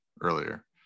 earlier